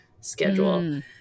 schedule